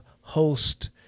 host